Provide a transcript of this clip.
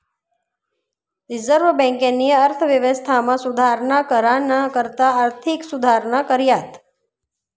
reserve बँकेनी अर्थव्यवस्थामा सुधारणा कराना करता आर्थिक सुधारणा कऱ्यात